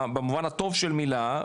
במובן הטוב של המילה,